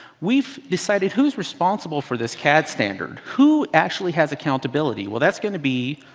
we've decided who's responsible for this cad standard, who actually has accountability. well that's going to be,